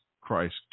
Christ